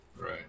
Right